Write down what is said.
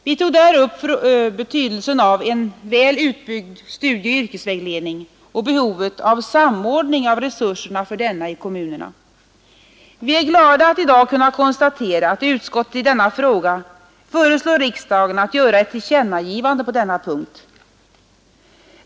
Vi tog där upp betydelsen av en väl utbyggd studieoch yrkesvägledning och behovet av samordning av resurserna för denna i kommunerna. Vi är glada att i dag kunna konstatera att utskottet föreslog riksdagen att göra ett tillkännagivande på denna punkt.